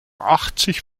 achtzig